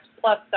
plus